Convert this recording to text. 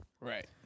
Right